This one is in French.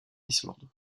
islande